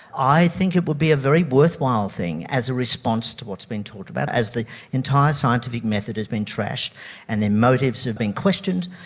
i think it would be a very worthwhile thing as a response to what's being talked about, as the entire scientific method has been trashed and their motives have been questioned,